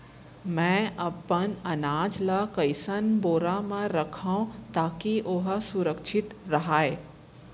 मैं अपन अनाज ला कइसन बोरा म रखव ताकी ओहा सुरक्षित राहय?